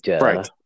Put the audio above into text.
right